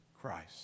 Christ